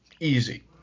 easy